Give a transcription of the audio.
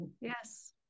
Yes